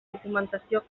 documentació